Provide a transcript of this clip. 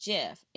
Jeff